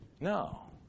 No